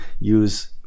use